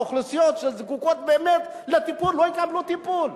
האוכלוסיות שזקוקות באמת לטיפול לא יקבלו טיפול.